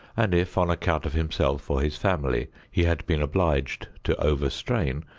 and if on account of himself or his family he had been obliged to over-strain,